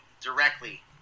directly